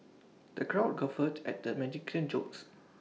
the crowd guffawed at the jokes